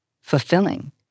fulfilling